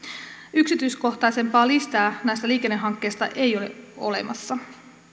yksityiskohtaisempaa listaa näistä liikennehankkeista ei ole olemassa